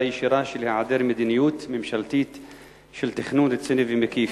ישירה של היעדר מדיניות ממשלתית של תכנון רציני ומקיף.